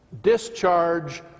Discharge